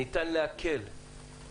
ניתן להקל,